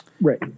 Right